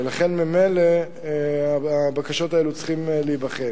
ולכן ממילא הבקשות האלה צריכות להיבחן.